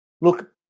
look